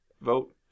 vote